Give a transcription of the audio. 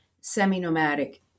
semi-nomadic